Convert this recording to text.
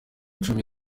icumi